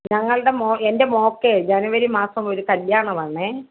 ഞങ്ങളുടെ മോ എൻ്റെ മോൾക്കേ ജനുവരി മാസം ഒരു കല്യാണം ആണേ